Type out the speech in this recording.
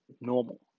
normal